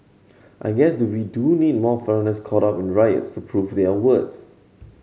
I guess to we do need more foreigners caught up in riots to prove their worth